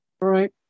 Right